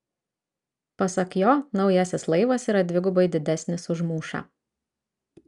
pasak jo naujasis laivas yra dvigubai didesnis už mūšą